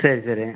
சரி சரி